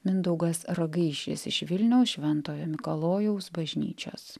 mindaugas rogaišis iš vilniaus šventojo mikalojaus bažnyčios